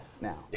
now